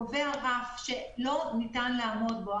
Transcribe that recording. קובע רף שלא ניתן לעמוד בו.